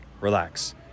relax